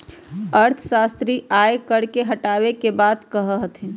अर्थशास्त्री आय कर के हटावे के बात कहा हथिन